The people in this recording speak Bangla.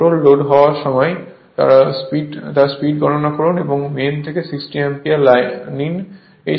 মোটর লোড হওয়ার সময় তার স্পিড গণনা করুন এবং মেইন থেকে 60 অ্যাম্পিয়ার নিন এই সমস্যা